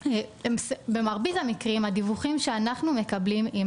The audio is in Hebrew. במרבית המקרים הדיווחים שאנחנו מקבלים הם